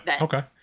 okay